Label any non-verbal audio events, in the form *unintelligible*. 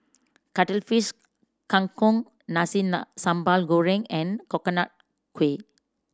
Cuttlefish Kang Kong nasi *unintelligible* sambal goreng and Coconut Kuih